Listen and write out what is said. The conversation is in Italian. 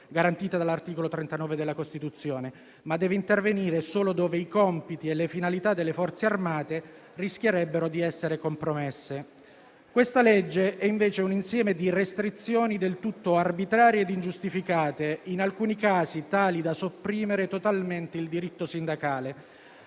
garantita dall'articolo 39 della Costituzione, ma deve intervenire solo dove i compiti e le finalità delle Forze armate rischierebbero di essere compromessi. Il disegno di legge in esame è invece un insieme di restrizioni del tutto arbitrarie e ingiustificate, in alcuni casi tali da sopprimere totalmente il diritto sindacale.